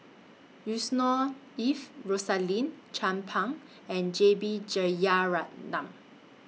Yusnor Ef Rosaline Chan Pang and J B Jeyaretnam